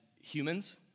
humans